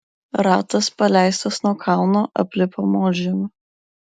ratas paleistas nuo kalno aplipo molžemiu